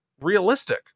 realistic